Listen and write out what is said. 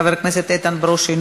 חבר הכנסת איתן ברושי,